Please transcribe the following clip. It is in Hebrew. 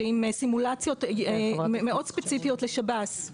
ובסימולציות מאוד ספציפיות לשב"ס,